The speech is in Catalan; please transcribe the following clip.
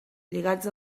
lligats